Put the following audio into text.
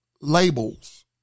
labels